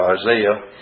Isaiah